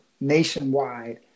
nationwide